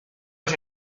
los